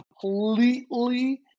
completely